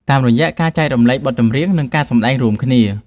តាមរយៈការចែករំលែកបទចម្រៀង និងការសម្តែងរួមគ្នា។